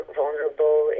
vulnerable